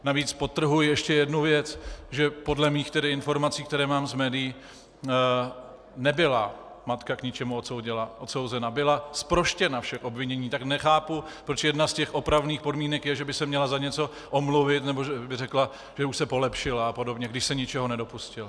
Navíc podtrhuji ještě jednu věc, že podle mých informací, které mám z médií, nebyla matka k ničemu odsouzena, byla zproštěna všech obvinění, tak nechápu, proč jedna z těch opravných podmínek je, že by se měla za něco omluvit nebo že by řekla, že už se polepšila a podobně, když se ničeho nedopustila.